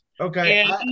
okay